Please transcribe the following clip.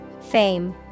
Fame